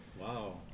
Wow